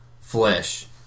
flesh